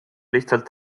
lihtsalt